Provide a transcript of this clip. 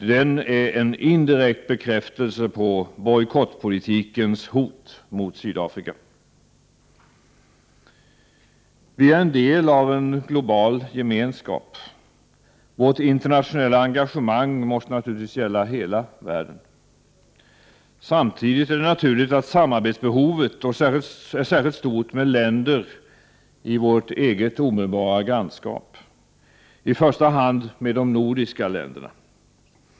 Den är en indirekt bekräftelse på bojkottpolitikens hot mot Sydafrika. Vi är en del av en global gemenskap. Vårt internationella engagemang måste naturligtvis gälla hela världen. Samtidigt är det naturligt att samarbetsbehovet är särskilt stort med länder i vårt eget omedelbara grannskap, i första hand med de nordiska länderna.